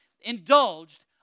indulged